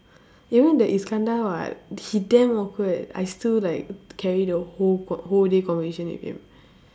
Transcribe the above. even the iskandar [what] he damn awkward I still like carry the whole con~ whole day conversation with him